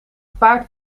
paard